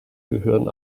gehören